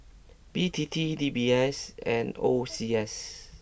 B T T D B S and O C S